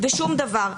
ושום דבר.